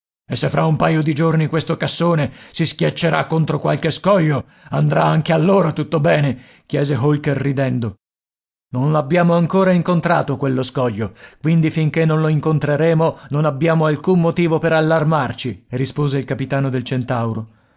e se fra un paio di giorni questo cassone si schiaccerà contro qualche scoglio andrà anche allora tutto bene chiese holker ridendo non l'abbiamo ancora incontrato quello scoglio quindi finché non lo incontreremo non abbiamo alcun motivo per allarmarci rispose il capitano del centauro